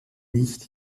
nicht